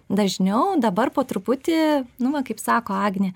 dažniau dabar po truputį nu va kaip sako agnė